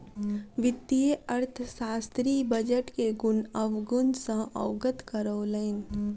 वित्तीय अर्थशास्त्री बजट के गुण अवगुण सॅ अवगत करौलैन